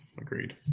Agreed